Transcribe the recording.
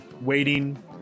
Waiting